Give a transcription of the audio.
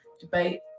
debate